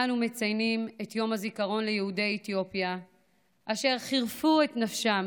אנו מציינים את יום הזיכרון ליהודי אתיופיה אשר חירפו את נפשם